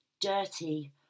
dirty